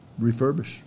refurbish